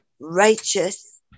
righteous